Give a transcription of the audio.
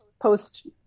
post